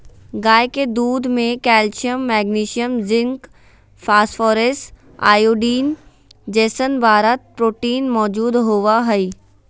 गाय के दूध में calcium, magnesium, zinc, phosphorus, iodine जैसन बारह प्रोटीन मौजूद होबा हइ